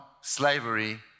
slavery